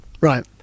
Right